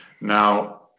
Now